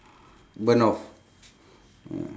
burn off ya